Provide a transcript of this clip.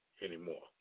anymore